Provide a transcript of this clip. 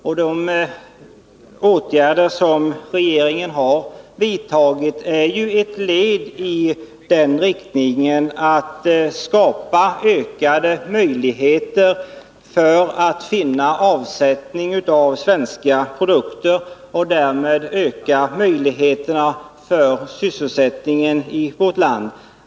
Och de åtgärder som regeringen har vidtagit är ju ett led i den riktningen att de skall skapa ökade möjligheter att finna avsättning av svenska produkter och därmed öka möjligheterna för sysselsättningen i vårt land.